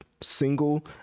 single